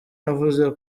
navuze